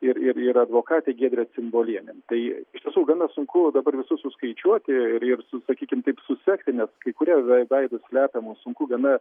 ir ir ir advokatė giedrė cimbolienė tai iš tiesų gana sunku dabar visus suskaičiuoti ir ir sakykim taip susekti nes kai kurie vei veidus slepia sunku gana